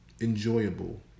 enjoyable